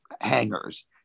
hangers